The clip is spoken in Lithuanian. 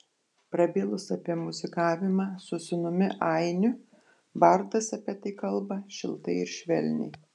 prabilus apie muzikavimą su sūnumi ainiu bardas apie tai kalba šiltai ir švelniai